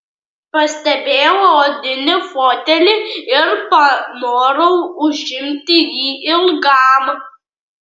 pastebėjau odinį fotelį ir panorau užimti jį ilgam